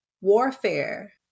Warfare